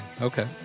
Okay